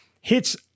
hits